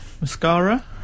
Mascara